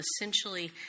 essentially